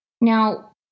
Now